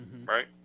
right